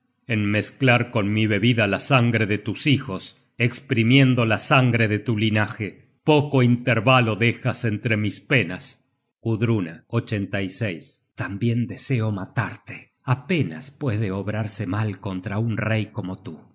en mezclar con mi bebida la sangre de tus hijos esprimiendo la sangre de tu linaje poco intervalo dejas entre mis penas content from google book search generated at gudruna tambien deseo matarte apenas puede obrarse mal contra un rey como tú